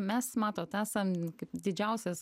mes matot esam kaip didžiausias